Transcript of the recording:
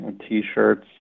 T-shirts